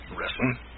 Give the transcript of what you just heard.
wrestling